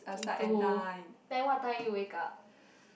into then what time you wake up